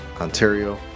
Ontario